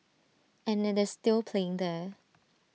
and IT is still playing there